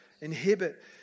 Inhibit